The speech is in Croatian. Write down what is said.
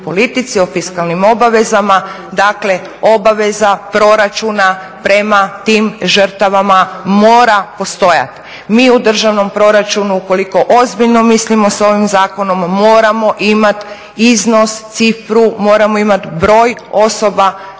o fiskalnim obavezama, dakle obaveza proračuna prema tim žrtvama mora postojat. Mi u državnom proračunu ukoliko ozbiljno mislimo s ovim zakonom moramo imati iznos, cifru, moramo imati broj osoba